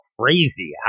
crazy